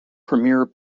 premier